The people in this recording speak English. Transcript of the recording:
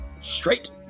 straight